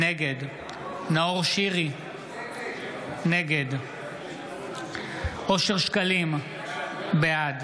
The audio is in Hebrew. נגד נאור שירי, נגד אושר שקלים, בעד